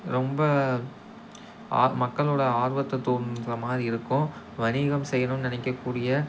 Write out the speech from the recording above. ரொம்ப மக்களோட ஆர்வத்தை தூண்டுற மாதிரி இருக்கும் வணிகம் செய்யணுன்னு நினைக்கக்கூடிய